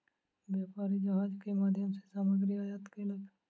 व्यापारी जहाज के माध्यम सॅ सामग्री आयात केलक